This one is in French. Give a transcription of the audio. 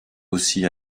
aussi